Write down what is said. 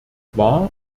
war